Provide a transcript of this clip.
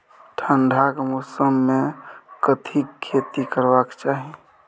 ठंडाक मौसम मे कथिक खेती करबाक चाही?